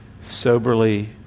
soberly